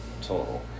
total